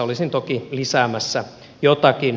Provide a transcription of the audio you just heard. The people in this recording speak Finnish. olisin toki lisäämässä jotakin